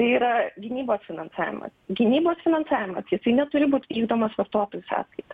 yra gynybos finansavimas gynybos finansavimas jisai neturi būt vykdomas vartotojų sąskaita